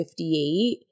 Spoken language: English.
58